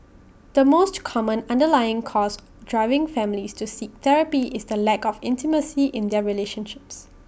the most common underlying cause driving families to seek therapy is the lack of intimacy in their relationships